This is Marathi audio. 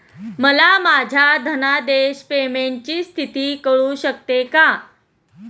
मला माझ्या धनादेश पेमेंटची स्थिती कळू शकते का?